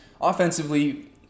Offensively